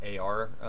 AR